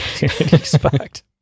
expect